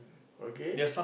okay